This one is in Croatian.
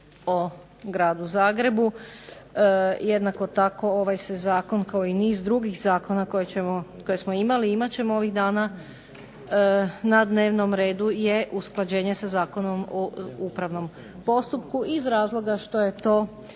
o Gradu Zagrebu jednako tako ovaj se zakon kao i niz drugih zakona koje smo imali i imat ćemo ovih dana na dnevnom redu je usklađenje sa Zakonom o upravnom postupku iz razloga što je to